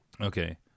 Okay